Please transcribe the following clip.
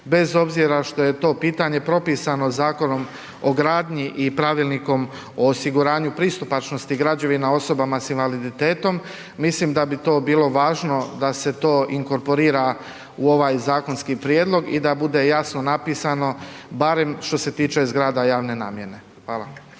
bez obzira što je to pitanje propisano Zakonom o gradnji i Pravilnikom o osiguranju pristupačnosti građevina osobama s invaliditetom, mislim da bi to bilo važno da se to inkorporira u ovaj zakonski prijedlog i da bude jasno napisano barem što se tiče zgrada javne namjene. Hvala.